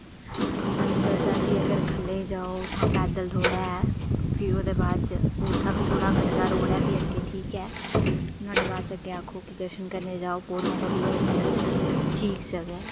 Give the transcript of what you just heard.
धनसर दा केह् ऐ कि अगर खल्लै गी जाओ उत्थां पैदल रोड़ै ते भी ओह्दे बाद उत्थां बी कच्चा रोड़ ऐ अग्गें ते नुहाड़ै बाद माता दे दर्शन करने गी जाओ उत्थें बी ठीक जगह ऐ